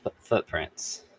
Footprints